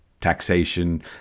taxation